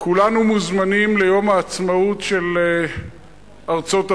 כולנו מוזמנים ליום העצמאות של ארצות-הברית.